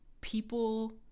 people